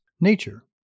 nature